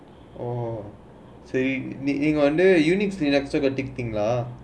orh say nickname lenux கத்துக்கிட்டிங்களா:katthukitteenggalaa lah